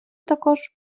також